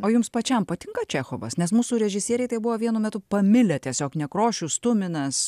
o jums pačiam patinka čechovas nes mūsų režisieriai tai buvo vienu metu pamilę tiesiog nekrošius tuminas